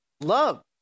love